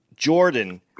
Jordan